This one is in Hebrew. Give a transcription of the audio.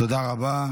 תודה רבה.